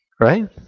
Right